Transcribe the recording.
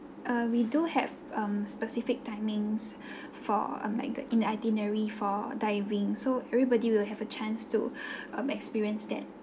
uh we do have um specific timings for um like the itinerary for diving so everybody will have a chance to um experienced that